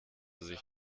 sich